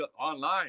online